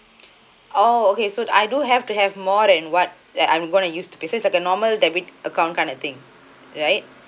oh okay so I do have to have more than what that I'm gonna use to is it like a normal debit account kind of thing right